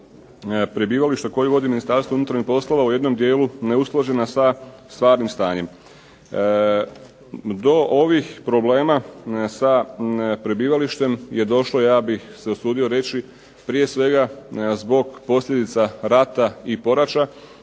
prebivališta koju vodi Ministarstvo unutarnjih poslova u jednom dijelu neusklađena sa stvarnim stanjem. Do ovih problema sa prebivalištem je došlo ja bih se usudio reći prije svega zbog posljedica rata i poraća.